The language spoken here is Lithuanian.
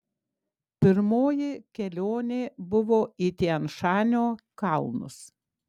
pirmoji kelionė buvo į tian šanio kalnus